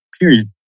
Period